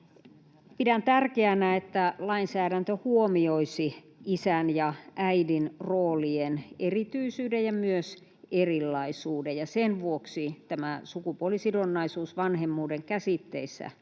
Pidän tärkeänä, että lainsäädäntö huomioisi isän ja äidin roolien erityisyyden ja myös erilaisuuden, ja sen vuoksi tämä sukupuolisidonnaisuus vanhemmuuden käsitteissä